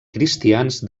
cristians